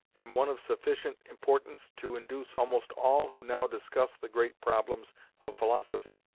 and one of sufficient importance to induce almost all who now discuss the great problems of philosophy,